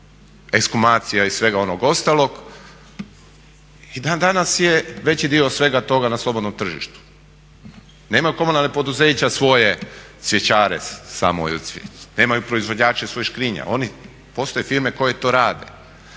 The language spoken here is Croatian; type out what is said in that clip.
ekshumacija i svega onog ostalog, i dan danas je veći dio svega toga na slobodnom tržištu. Nemaju komunalna poduzeća svoje cvjećare …, nemaju proizvođače svojih škrinja, postoje firme koje to rade.